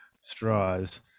straws